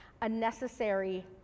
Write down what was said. unnecessary